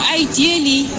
ideally